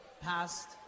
past